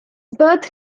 birth